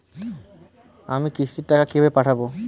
আমি কিস্তির টাকা কিভাবে পাঠাব?